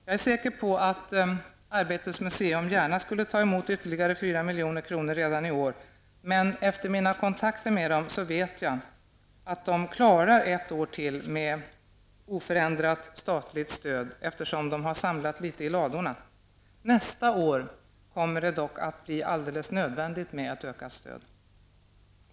Jag är säker på att Arbetets museum gärna skulle ta emot ytterligare 4 miljoner kronor redan i år. Men efter mina kontakter med företrädare för museet vet jag att man klarar ett år till med oförändrat statligt stöd, eftersom man har samlat litet i ladorna. Nästa år kommer det dock att bli alldeles nödvändigt med ett ökat stöd.